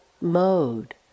mode